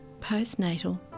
postnatal